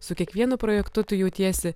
su kiekvienu projektu tu jautiesi